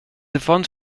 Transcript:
affons